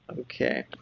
Okay